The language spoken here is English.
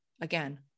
again